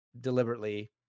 deliberately